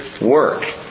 work